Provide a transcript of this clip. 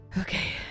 Okay